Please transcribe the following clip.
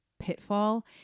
pitfall